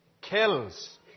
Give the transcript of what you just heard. kills